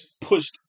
pushed